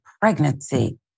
pregnancy